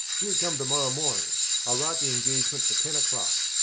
you come to-morrow morning i'll write the engagement for ten o'clock.